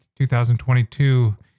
2022